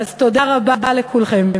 אז תודה רבה לכולכם.